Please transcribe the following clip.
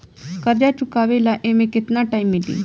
कर्जा चुकावे ला एमे केतना टाइम मिली?